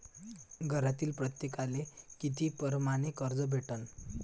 घरातील प्रत्येकाले किती परमाने कर्ज भेटन?